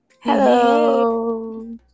Hello